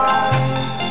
eyes